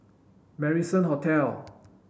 Marrison Hotel